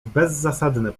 bezzasadne